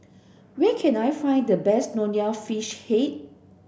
where can I find the best Nonya Fish Head